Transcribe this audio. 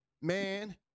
man